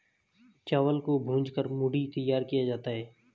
चावल को भूंज कर मूढ़ी तैयार किया जाता है